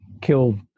killed